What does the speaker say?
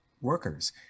workers